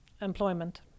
employment